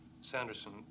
Sanderson